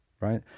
right